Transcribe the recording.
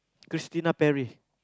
Christina-Perri